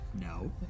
no